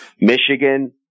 Michigan